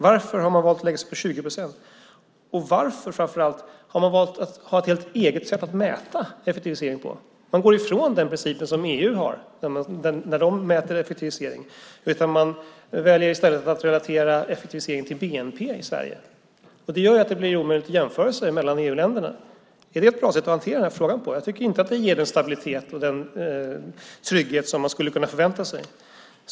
Varför har man valt att lägga sig på 20 procent? Och varför, framför allt, har man valt att ha ett helt eget sätt att mäta effektivisering på? Man går ifrån den princip som EU har när de mäter effektivisering. Man väljer i stället att relatera effektivisering till bnp i Sverige. Det gör att det blir omöjligt att jämföra mellan EU-länderna. Är det ett bra sätt att hantera den här frågan på? Jag tycker inte att det ger den stabilitet och den trygghet som man skulle kunna förvänta sig.